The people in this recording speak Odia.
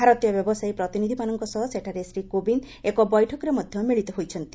ଭାରତୀୟ ବ୍ୟବସାୟ ପ୍ରତିନିଧିମାନଙ୍କ ସହ ସେଠାରେ ଶ୍ରୀ କୋବିନ୍ଦ ଏକ ବୈଠକରେ ମଧ୍ୟ ମିଳିତ ହୋଇଛନ୍ତି